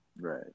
Right